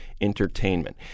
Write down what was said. Entertainment